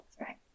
Right